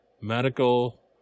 medical